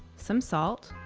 some salt,